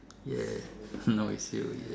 ya no it's you yes